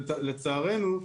לצערנו,